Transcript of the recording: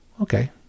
Okay